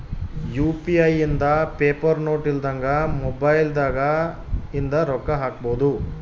UPI ಇಂದ paper note ಇಲ್ದಂಗ mobile ದಾಗ ಇಂದ ರೊಕ್ಕ ಹಕ್ಬೊದು